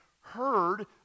heard